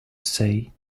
say